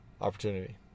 opportunity